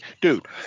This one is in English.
Dude